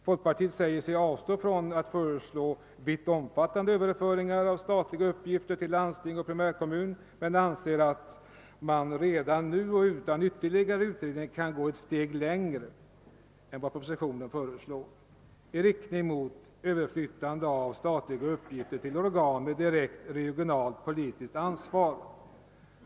Folkpartiet säger sig avstå från att föreslå vittomfattande överföringar av statliga uppgifter till landsting och primärkommuner men anser att man redan nu och utan ytterligare utredning kan gå ett steg längre än som föreslås i propositionen i riktning mot överflyttande av statliga uppgifter till organ med direkt regionalt politiskt ansvar.